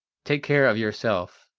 take care of yourself,